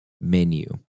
menu